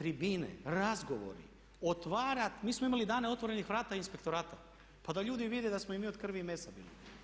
tribine, razgovori otvara, mi smo imali Dane otvorenih vrata inspektorata pa da ljudi vide da smo i mi od krvi i mesa bili.